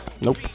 Nope